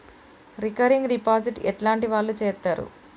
Recurring deposit ఎట్లాంటి వాళ్లు చేత్తరు?